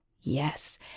Yes